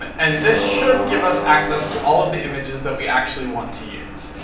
and this should give us access to all of the images that we actually want to use.